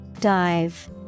Dive